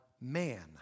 man